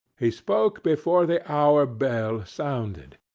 he spoke before the hour bell sounded,